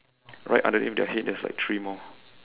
right underneath their head there's like three more